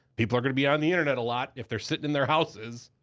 people are gonna be on the internet a lot if they're sitting in their houses.